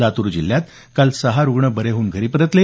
लातूर जिल्ह्यात काल सहा रुग्ण बरे होऊन घरी परतले